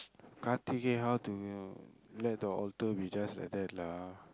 karthikai how to you know let the altar be just like that lah